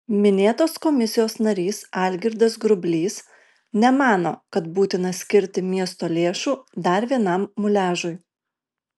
minėtos komisijos narys algirdas grublys nemano kad būtina skirti miesto lėšų dar vienam muliažui